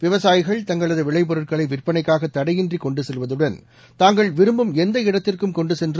விவசாயிகள் தங்களது விளைபொருட்களை விற்பனைக்காக தடையின்றி கொண்டு செல்வதுடன் தாங்கள் விரும்பும் எந்த இடத்திற்கும் கொண்டு சென்று